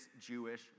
Jewish